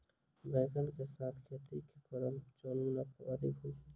बैंगन कऽ साथ केँ खेती करब जयसँ मुनाफा अधिक हेतइ?